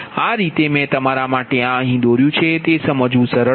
આ રીતે મેં તમારા માટે આ અહી દોર્યું છે તે સમજવું સરળ હશે